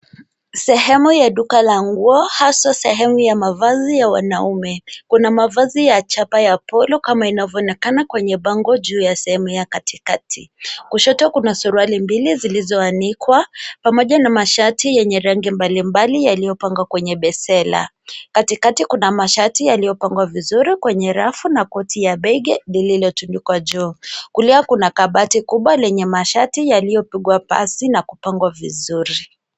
Sehemu ya duka la nguo, hasaa sehemu ya mavazi ya wanaume. Kuna mavazi ya chapa ya polo kama inavyoonekana kwenye bango juu ya sehemu ya katikati. Kushoto kuna suruali mbili zilizoanikwa, pamoja na mashati yenye rangi mbalimbali yaliyopangwa kwenye besela. Katikati kuna mashati yaliyopangwa vizuri kwenye rafu na koti ya bege lilotunukwa juu. Kulia kuna kabati kubwa lenye mashati yaliyopigwa pasi na kupangwa vizuri.